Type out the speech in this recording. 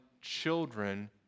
children